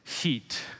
heat